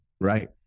Right